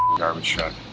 garbage truck.